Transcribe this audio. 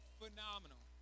phenomenal